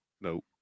no